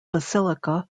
basilica